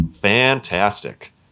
fantastic